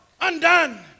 Undone